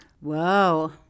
Whoa